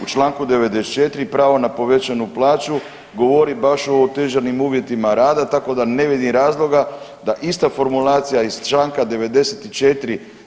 U čl. 94. pravo na povećanju plaću govori baš o otežanim uvjetima rada tako da ne vidim razloga da ista formulacija iz čl. 94.